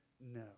No